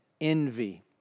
envy